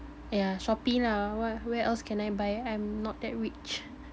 yeah Shopee lah what where else can I buy I am not that rich